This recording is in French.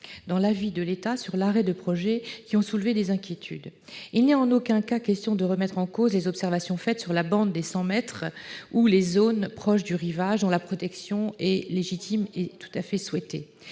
des réserves sur l'arrêt de projet, ce qui soulève des inquiétudes. Il n'est en aucun cas question de remettre en cause les observations formulées sur la bande des 100 mètres ou sur les zones proches du rivage, dont la protection est légitime et tout à fait souhaitée.